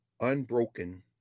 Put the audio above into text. unbroken